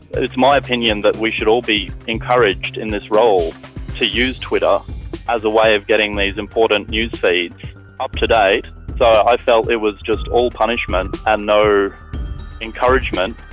it's my opinion that we should all be encouraged in this role to use twitter as a way of getting these important news feeds up-to-date, so i felt it was just all punishment and no encouragement,